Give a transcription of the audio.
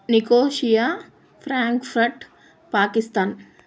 Nicosia Frankfurt Pakistan